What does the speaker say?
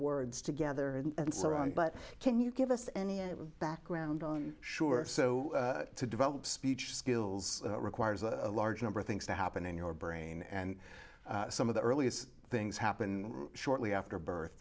words together and so on but can you give us any background on sure so to develop speech skills requires a large number of things to happen in your brain and some of the earliest things happen shortly after birth